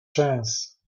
chance